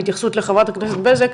בהתייחסות לחברת הכנסת בזק,